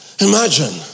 imagine